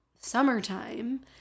summertime